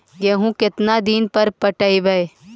गेहूं केतना दिन पर पटइबै?